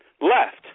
left